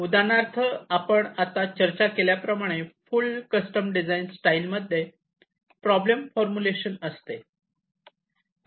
उदाहरणार्थ आपण आता चर्चा केल्याप्रमाणे फुल कस्टम डिझाईन स्टाईल मध्ये प्रॉब्लेम फॉर्मुलेशन असते